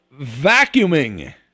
vacuuming